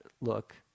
look